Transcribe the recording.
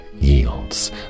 yields